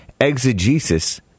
exegesis